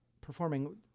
performing